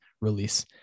release